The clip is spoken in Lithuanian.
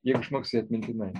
jei išmoksi atmintinai